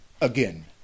Again